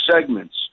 segments